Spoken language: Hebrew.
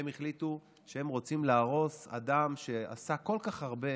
והחליטו שהם רוצים להרוס אדם שעשה כל כך הרבה